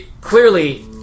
Clearly